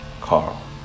Carl